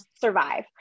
survive